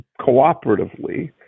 cooperatively